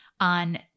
on